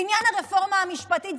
בעניין הרפורמה המשפטית,